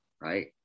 right